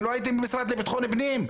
ולא הייתם במשרד לביטחון הפנים?